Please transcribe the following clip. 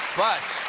but